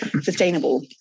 sustainable